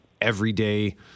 everyday